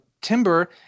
Timber